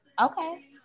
Okay